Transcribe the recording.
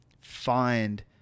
find